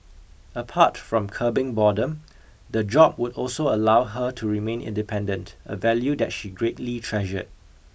apart from curbing boredom the job would also allow her to remain independent a value that she greatly treasured